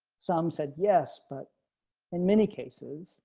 some said yes but in many cases,